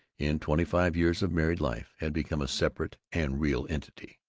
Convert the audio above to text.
in twenty-five years of married life, had become a separate and real entity.